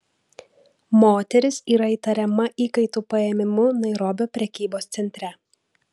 moteris yra įtariama įkaitų paėmimu nairobio prekybos centre